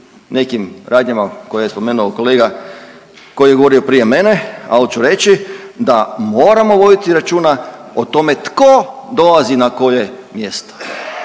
nekim radnjama koje je spomenuo kolega koji je govorio prije mene, al ću reći da moramo voditi računa o tome tko dolazi na koje mjesto